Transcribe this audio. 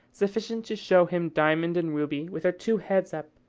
sufficient to show him diamond and ruby with their two heads up,